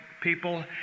people